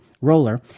Roller